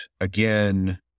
again